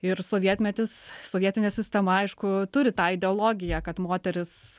ir sovietmetis sovietinė sistema aišku turi tą ideologiją kad moteris